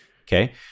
okay